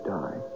die